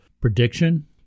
prediction